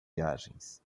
viagens